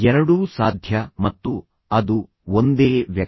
ಎರಡೂ ಸಾಧ್ಯ ಮತ್ತು ಅದು ಒಂದೇ ವ್ಯಕ್ತಿ